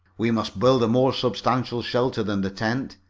we must build a more substantial shelter than the tent,